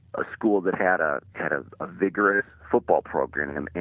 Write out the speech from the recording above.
a school that had ah kind of a vigorous football program,